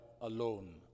alone